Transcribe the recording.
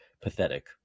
pathetic